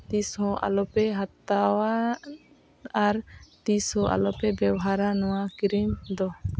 ᱛᱤᱥ ᱦᱚᱸ ᱟᱞᱚ ᱯᱮ ᱦᱟᱛᱟᱣᱟ ᱟᱨ ᱛᱤᱥ ᱦᱚᱸ ᱟᱞᱚ ᱯᱮ ᱵᱮᱵᱷᱟᱨᱟ ᱱᱚᱣᱟ ᱠᱨᱤᱢ ᱫᱚ